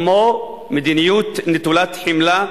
כמו "מדיניות נטולת חמלה",